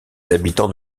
habitants